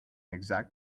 exact